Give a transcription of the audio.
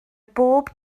bob